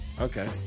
Okay